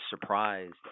surprised